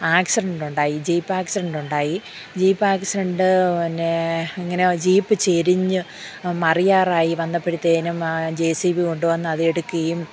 accident ഉണ്ടായി jeep accident ഉണ്ടായി jeep accident പിന്നെ ഇങ്ങനെ ജീപ്പ് ചെരിഞ്ഞു മറിയാറായി വന്നപ്പോഴത്തേക്കും ജെ സി ബി കൊണ്ടു വന്നു അതെടുക്കുകയും